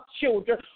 children